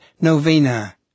novena